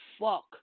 fuck